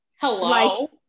hello